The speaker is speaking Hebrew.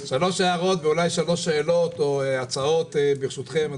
שלוש הערות, ואולי שלוש שאלות או הצעות, ברשותכם.